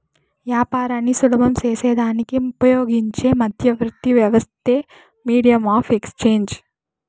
యాపారాన్ని సులభం సేసేదానికి ఉపయోగించే మధ్యవర్తి వ్యవస్థే మీడియం ఆఫ్ ఎక్స్చేంజ్